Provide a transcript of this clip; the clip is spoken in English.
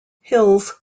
hills